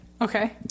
Okay